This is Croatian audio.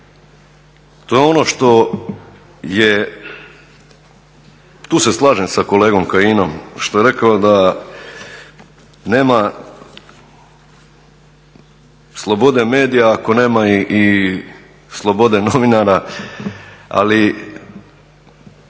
to je ono što je, tu se slažem sa kolegom Kajinom što je rekao da nema slobode medija ako nema i slobode novinara, ali